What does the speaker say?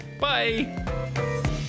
bye